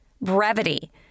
Brevity